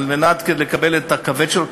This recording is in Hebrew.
את הכבד שלו,